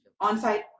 On-site